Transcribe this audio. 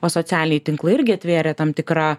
o socialiniai tinklai irgi atvėrė tam tikrą